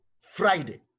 Friday